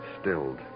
stilled